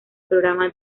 programa